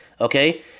okay